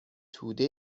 توده